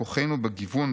כוחנו בגיוון,